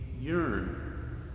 yearn